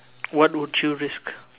what would you risk